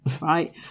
right